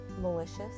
malicious